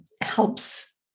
helps